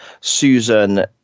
susan